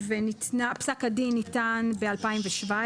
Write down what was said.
ופסק הדין הראשון ניתן ב-2017.